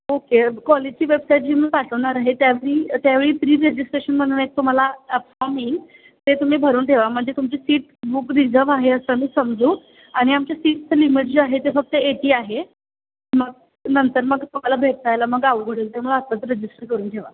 okay कॉलेजची website जी मी पाठवणार आहे त्यावेळी त्यावेळी प्री रजिस्ट्रेशन म्हणून एक तुम्हाला फॉम येईल ते तुम्ही भरून ठेवा म्हणजे तुमची सीट बुक रिझर्व आहे असं मी समजू आणि आमचे सीटचं लिमट जे आहे ते फक्त एटी आहे मग नंतर मग तुम्हाला भेटायला मग अवघड होईल त्यामुळं आताच रजिस्टर करून ठेवा